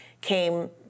came